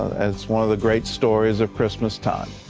and it's one of the great stories of christmas time.